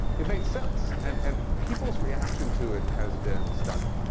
it made sense. and and people's reaction to it has been stunning.